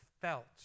felt